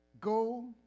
go